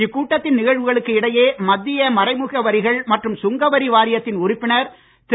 இக்கூட்டத்தின் நிகழ்வுகளுக்கு இடையே மத்திய மறைமுக வரிகள் மற்றும் சுங்க வரி வாரியத்தின் உறுப்பினர் திரு